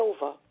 over